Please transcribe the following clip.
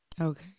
Okay